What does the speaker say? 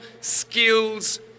skills